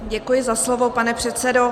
Děkuji za slovo, pane předsedo.